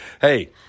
Hey